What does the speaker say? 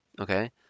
Okay